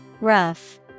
Rough